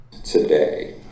today